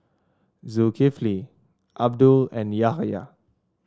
Zulkifli Abdul and Yahaya